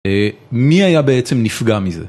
מי היה בעצם נפגע מזה?